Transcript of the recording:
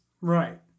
Right